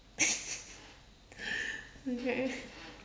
okay